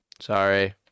Sorry